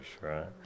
right